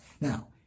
Now